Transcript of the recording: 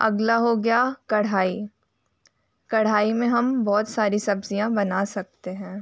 अगला हो गया कड़ाही कड़ाही में हम बहुत सारी सब्ज़ियाँ बना सकते हैं